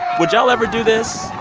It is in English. would y'all ever do this?